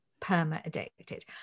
perma-addicted